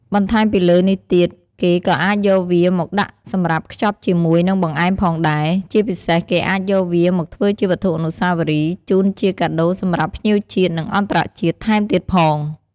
បន្ថែមពីលើនេះទៀត គេក៏អាចយកវាមកដាក់សម្រាប់ខ្ចប់ជាមួយនឹងបង្អែមផងដែរ ជាពិសេសគេអាចយកវាមកធ្វើជាវត្ថុអនុសាវរីយ៍ជូនជាការដូរសម្រាប់ភ្ញៀវជាតិ និងអន្តរជាតិថែមទៀតផង។